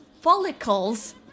follicles